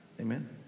Amen